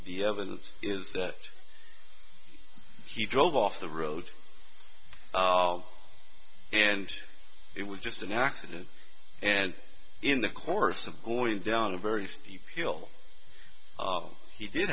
the evidence is that he drove off the road and it was just an accident and in the course of going down a very steep hill he did